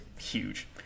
huge